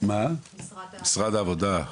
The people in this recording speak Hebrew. משרד העבודה.